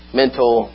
mental